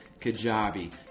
Kajabi